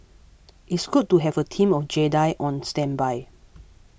it's good to have a team of Jedi on standby